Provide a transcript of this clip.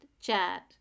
Chat